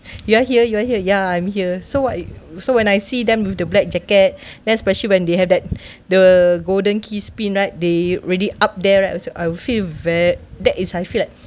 you are here you are here ya I'm here so what so when I see them with the black jacket then especially when they have that the golden key spin right they really up there right also I will feel very that it's I feel like